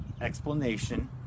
explanation